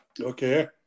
Okay